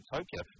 Tokyo